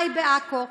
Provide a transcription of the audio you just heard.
חי בעכו,